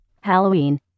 Halloween